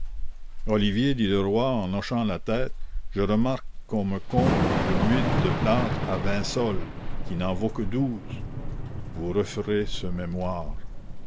olivier dit le roi en hochant la tête je remarque qu'on me compte le muid de plâtre à vingt sols qui n'en vaut que douze vous referez ce mémoire